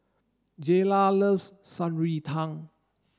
Jayla loves Shan Rui Tang